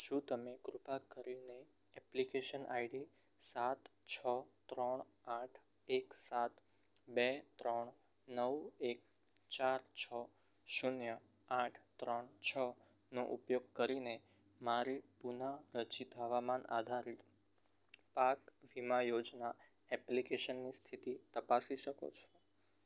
શું તમે કૃપા કરીને એપ્લિકેશન આઈડી સાત છ ત્રણ આઠ એક સાત બે ત્રણ નવ એક ચાર છો શૂન્ય આઠ ત્રણ છો નો ઉપયોગ કરીને મારી પુનઃ ચિત હવામાન આધારિત પાક વીમા યોજના એપ્લિકેશનની સ્થિતિ તપાસી શકો છો